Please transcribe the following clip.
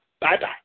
Bye-bye